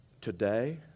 today